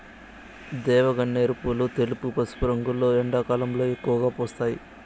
దేవగన్నేరు పూలు తెలుపు, పసుపు రంగులో ఎండాకాలంలో ఎక్కువగా పూస్తాయి